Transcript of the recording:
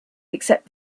except